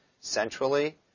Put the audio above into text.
Centrally